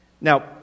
Now